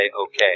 okay